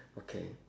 okay